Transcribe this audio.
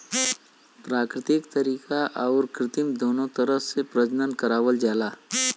प्राकृतिक तरीका आउर कृत्रिम दूनो तरह से प्रजनन करावल जाला